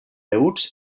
huts